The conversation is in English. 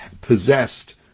possessed